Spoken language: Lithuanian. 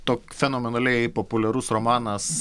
tok fenomenaliai populiarus romanas